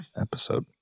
episode